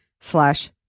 slash